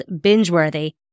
binge-worthy